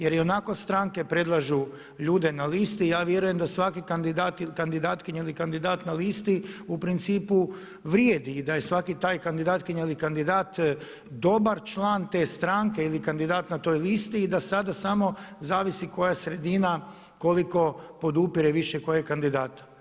Jer ionako stranke predlažu ljude na liste i ja vjerujem da svaki kandidat ili kandidatkinja na listi u principu vrijedi i da je svaki taj kandidatkinja ili kandidat dobar član te stranke ili kandidat na toj listi i da sada samo zavisi koja sredina koliko podupire više kojeg kandidata.